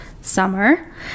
summer